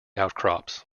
outcrops